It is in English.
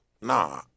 Nah